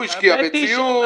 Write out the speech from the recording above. הוא השקיע בציוד,